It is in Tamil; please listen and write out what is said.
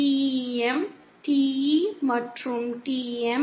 TEM TE மற்றும் TM